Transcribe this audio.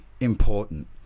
important